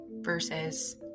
Versus